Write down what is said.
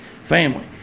family